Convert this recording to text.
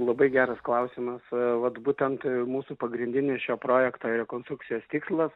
labai geras klausimas vat būtent mūsų pagrindinis šio projekto rekonstrukcijos tikslas